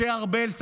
משה ארבל,